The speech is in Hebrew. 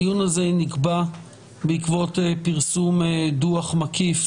הדיון הזה נקבע בעקבות פרסום דוח מקיף